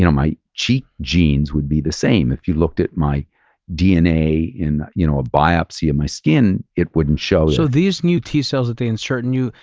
you know my cheek genes would be the same. if you looked at my dna in you know a biopsy of my skin, it wouldn't show that. so these new t-cells that they insert in you,